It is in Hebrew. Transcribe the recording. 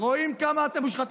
רואים כמה שאתם מושחתים.